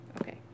Okay